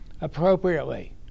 appropriately